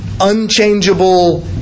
unchangeable